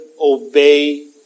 obey